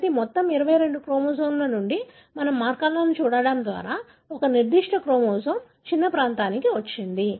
కాబట్టి మొత్తం 22 క్రోమోజోమ్ల నుండి మనము మార్కర్లను చూడటం ద్వారా ఒక నిర్దిష్ట క్రోమోజోమ్లోని చిన్న ప్రాంతానికి వచ్చాము